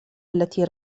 التي